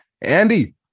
Andy